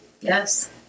Yes